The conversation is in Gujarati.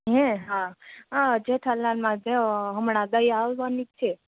હેય હા આ જેઠાલાલ માં જોવો હમણાં દયા આવવાની જ છે